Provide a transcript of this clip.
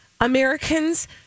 Americans